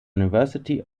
university